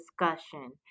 discussion